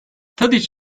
tadiç